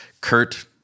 Kurt